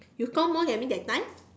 you score more than me that time